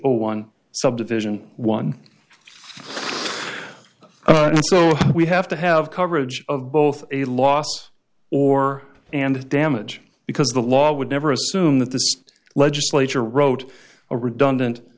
zero one subdivision one so we have to have coverage of both a loss or and damage because the law would never assume that the legislature wrote a redundant